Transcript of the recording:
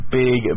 big